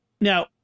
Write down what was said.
Now